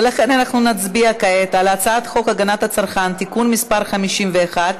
ולכן אנחנו נצביע כעת על הצעת חוק הגנת הצרכן (תיקון מס' 51),